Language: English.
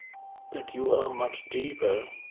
that you are much deeper